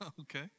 Okay